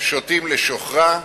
שותים לשוכרה,